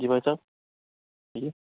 جی بھائی صاحب جی